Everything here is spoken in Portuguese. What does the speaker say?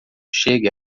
chegue